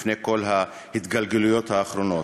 לפני כל ההתגלגלויות האחרות.